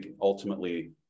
ultimately